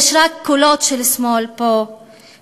יש רק קולות של שמאל פה ושם.